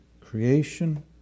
creation